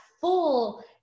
full